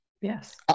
yes